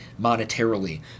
monetarily